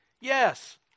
Yes